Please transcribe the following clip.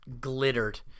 glittered